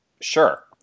sure